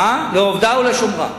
"לעבדה ולשמרה".